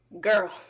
Girl